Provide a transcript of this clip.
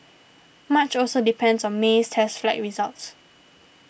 much also depends on May's test flight results